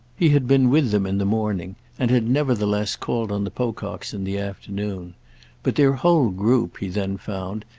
he had been with them in the morning and had nevertheless called on the pococks in the afternoon but their whole group, he then found,